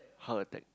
heart attack